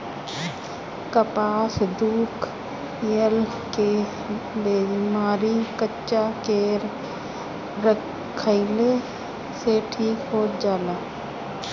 कपार दुखइला के बेमारी कच्चा केरा खइला से ठीक हो जाला